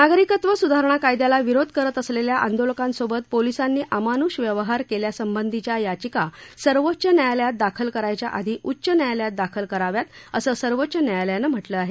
नागरिकत्व सुधारणा कायद्याला विरोध करत असलेल्या आंदोलकांसोबत पोलीसांनी अमानुष व्यवहार केल्यासंबंधीच्या याचिका सर्वोच्च न्यायालयात दाखल करायच्या आधी उच्च न्यायालयात दाखल कराव्यात असं सर्वोच्च न्यायालयानं म्हटलं आहे